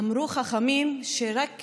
אמרו חכמים שרק